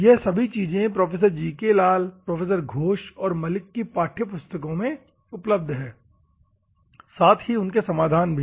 ये सभी चीज़े प्रोफेसर जी के लाल प्रोफेसर घोष और मलिक की पाठ्यपुस्तकों में उपलब्ध है और साथ ही उनके समाधान भी